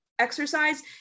exercise